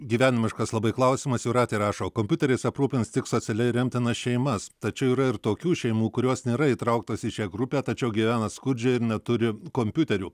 gyvenimiškas labai klausimas jūratė rašo kompiuteriais aprūpins tik socialiai remtinas šeimas tačiau yra ir tokių šeimų kurios nėra įtrauktos į šią grupę tačiau gyvena skurdžiai ir neturi kompiuterių